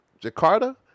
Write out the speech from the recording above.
Jakarta